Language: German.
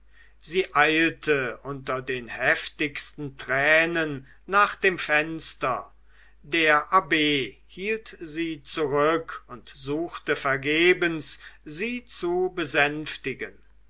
sie eilte unter den heftigsten tränen nach dem fenster der abb hielt sie zurück und suchte vergebens sie zu besänftigen